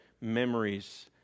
memories